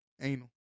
anal